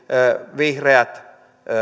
vihreät